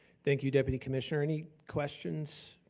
thank you, deputy commissioner. any questions